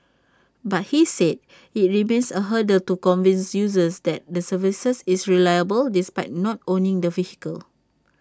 but he said IT remains A hurdle to convince users that the services is reliable despite not owning the vehicles